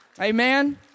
Amen